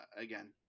again